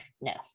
No